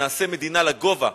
נעשה מדינה לגובה,